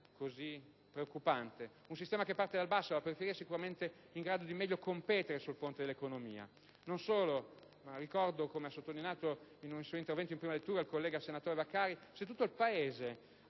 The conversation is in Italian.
così preoccupante. Un sistema che parte dal basso, dalla periferia, è sicuramente in grado di meglio competere sul fronte dell'economia. Non solo, ma ricordo, come ha sottolineato nel suo intervento in prima lettura il collega senatore Vaccari, che se tutto il Paese